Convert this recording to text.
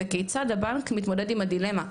וכיצד הבנק מתמודד עם הדילמה?